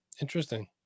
interesting